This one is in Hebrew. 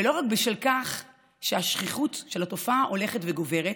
ולא רק בשל כך שהשכיחות של התופעה הולכת וגוברת,